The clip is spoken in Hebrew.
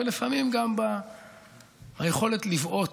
ולפעמים גם ביכולת לבעוט,